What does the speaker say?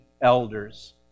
elders